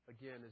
again